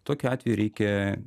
tokiu atveju reikia